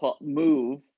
move